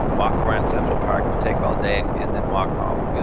walk around central park. it would take all day, and and then walk home. yeah